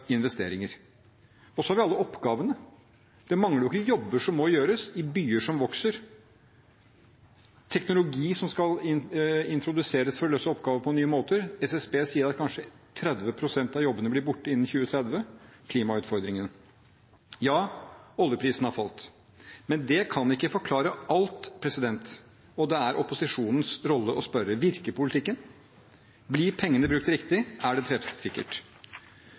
Og så har vi alle oppgavene. Det mangler ikke jobber som må gjøres i byer som vokser, teknologi som skal introduseres for å løse oppgaver på nye måter – SSB sier at kanskje 30 pst. av jobbene blir borte innen 2030 – og klimautfordringene. Ja, oljeprisen har falt, men det kan ikke forklare alt, og det er opposisjonens rolle å spørre: Virker politikken? Blir pengene brukt riktig? Er det